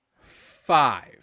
five